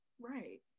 Right